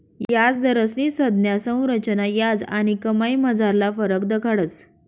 याजदरस्नी संज्ञा संरचना याज आणि कमाईमझारला फरक दखाडस